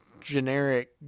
generic